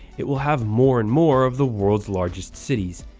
it will have more and more of the world's largest cities.